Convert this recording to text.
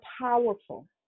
powerful